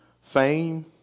fame